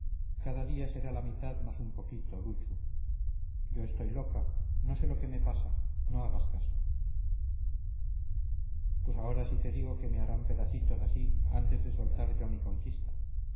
cada día será la mitad más un poquito luchu yo estoy loca no sé lo que me pasa no hagas caso pues ahora sí te digo que me harán pedacitos así antes que soltar yo mi conquista